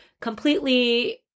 completely